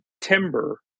timber